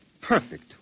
perfect